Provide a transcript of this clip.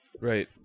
Right